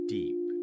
deep